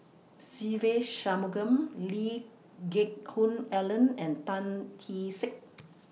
Se Ve Shanmugam Lee Geck Hoon Ellen and Tan Kee Sek